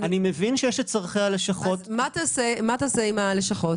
אני מבין שיש את צורכי הלשכות --- אז מה תעשה עם הלשכות?